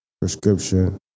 prescription